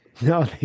No